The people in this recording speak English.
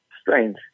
strange